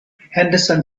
henderson